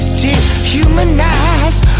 dehumanized